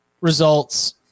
results